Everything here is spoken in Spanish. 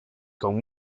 con